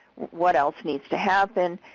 what else needs to happen,